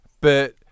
But-